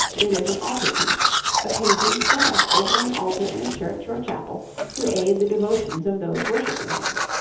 it is an altar-piece a painting set up over an altar in a church or chapel to aid the devotions of those worshipping there.